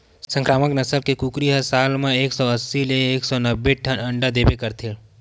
संकरामक नसल के कुकरी ह साल म एक सौ अस्सी ले एक सौ नब्बे ठन अंडा देबे करथे